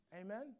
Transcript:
Amen